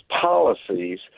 policies